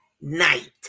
night